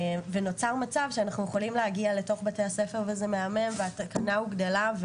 נוצר מצב שאנחנו יכולים להגיע לבתי הספר וזה מהמם והתקנה הוגדלה,